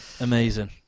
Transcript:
amazing